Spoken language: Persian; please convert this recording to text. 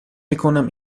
میکنم